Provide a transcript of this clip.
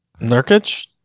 Nurkic